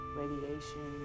radiation